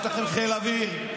יש לכם חיל אוויר,